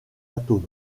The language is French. atomes